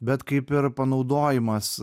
bet kaip ir panaudojimas